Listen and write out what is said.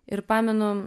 ir pamenu